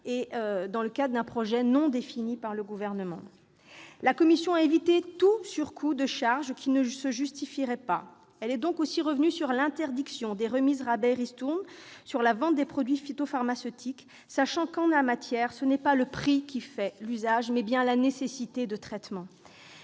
vague, le projet du Gouvernement n'étant pas défini. La commission a évité tout surcroît de charges qui ne se justifierait pas. Elle est ainsi revenue sur l'interdiction des remises, rabais et ristournes sur la vente de produits phytopharmaceutiques, sachant que, en la matière, c'est non pas le prix qui fait l'usage, mais bien la nécessité de traitement.